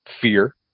fear